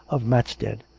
of matstead.